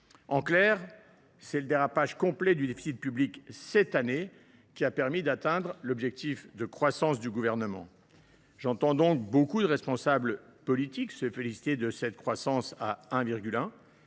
En clair, c’est le dérapage complet du déficit public cette année qui a permis d’atteindre l’objectif de croissance du Gouvernement, fixé à 1,1 %. J’entends nombre de responsables politiques se féliciter de ladite croissance.